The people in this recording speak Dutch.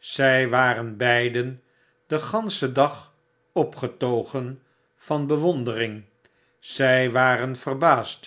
zy waren beiden den ganschen dag opgetogen van bewondering zy waren verbaasa